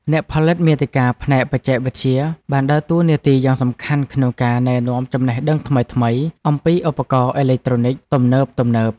អ្នកផលិតមាតិកាផ្នែកបច្ចេកវិទ្យាបានដើរតួនាទីយ៉ាងសំខាន់ក្នុងការណែនាំចំណេះដឹងថ្មីៗអំពីឧបករណ៍អេឡិចត្រូនិកទំនើបៗ។